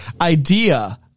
idea